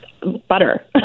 butter